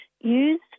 use